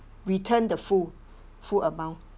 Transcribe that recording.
return the full full amount